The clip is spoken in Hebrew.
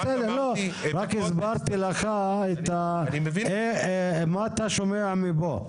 רק אמרתי --- רק הסברתי לך מה אתה שומע מפה.